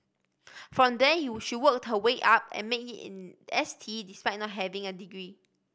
from there she worked her way up and made it in S T despite not having a degree